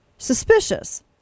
Suspicious